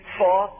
four